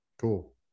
Cool